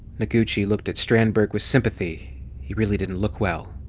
noguchi looked at strandberg with sympathy he really didn't look well,